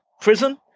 prison